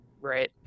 right